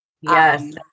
Yes